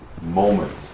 moments